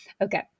Okay